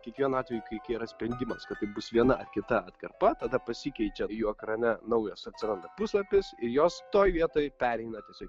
kiekvienu atveju kai kai yra sprendimas kad tai bus viena ar kita atkarpa tada pasikeičia jų ekrane naujas atsiranda puslapis ir jos toj vietoj pereina tiesiog